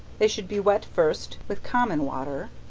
they should be wet first with common water,